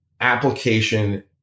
application